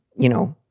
you know,